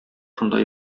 шунда